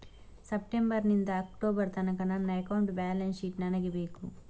September ನಿಂದ October ತನಕ ನನ್ನ ಅಕೌಂಟ್ ಬ್ಯಾಲೆನ್ಸ್ ಶೀಟ್ ನನಗೆ ಬೇಕು